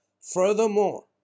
Furthermore